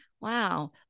wow